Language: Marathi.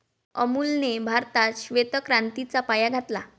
अमूलने भारतात श्वेत क्रांतीचा पाया घातला